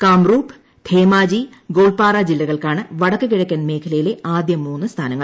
കാംരൂപ് ധേമാജി ഗോൾപാറ ജില്ലകൾക്കാണ് വടക്കു കിഴക്കൻ മേഖലയിലെ ആദ്യ മൂന്ന് സ്ഥാനങ്ങൾ